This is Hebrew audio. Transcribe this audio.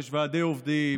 יש ועדי עובדים,